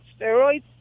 steroids